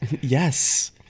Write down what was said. Yes